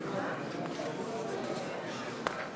מי נגד?